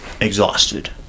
exhausted